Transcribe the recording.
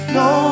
no